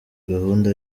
gahunda